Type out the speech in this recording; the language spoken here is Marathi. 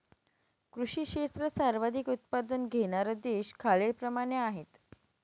कृषी क्षेत्रात सर्वाधिक उत्पादन घेणारे देश खालीलप्रमाणे आहेत